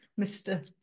Mr